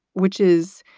which is